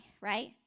right